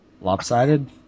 Lopsided